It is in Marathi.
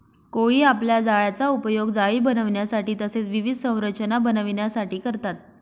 कोळी आपल्या जाळ्याचा उपयोग जाळी बनविण्यासाठी तसेच विविध संरचना बनविण्यासाठी करतात